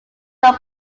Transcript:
not